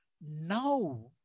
now